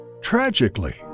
Tragically